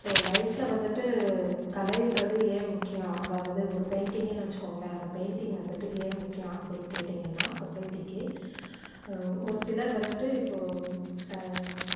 so லைஃபில் வந்துட்டு கலைன்றது ஏன் முக்கியம் அதாவது ஒரு பெயிண்ட்டிங்குனு வச்சுகோங்களேன் அந்த பெயின்ட்டிங் வந்துட்டு ஏன் முக்கியம் அப்படின்னு கேட்டிங்கன்னால் சொசைட்டிக்கு ஒரு சிலர் வந்துட்டு இப்போது